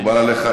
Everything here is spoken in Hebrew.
מקובל עליך?